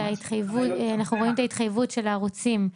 אנחנו רואים את ההתחייבות של הערוצים,